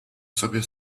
sobie